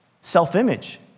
Self-image